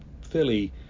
fairly